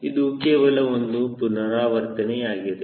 ಇದು ಕೇವಲ ಒಂದು ಪುನರಾವರ್ತನೆಯಾಗಿದೆ